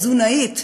תזונאית,